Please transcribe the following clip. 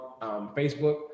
Facebook